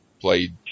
played